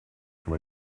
from